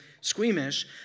squeamish